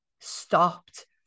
stopped